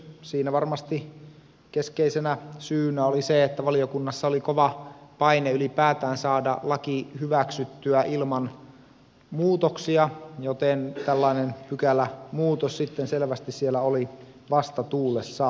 siinä varmasti keskeisenä syynä oli se että valiokunnassa oli kova paine ylipäätään saada laki hyväksyttyä ilman muutoksia joten tällainen pykälämuutos sitten selvästi siellä oli vastatuulessa